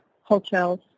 hotels